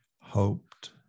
hoped